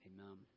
Amen